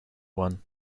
one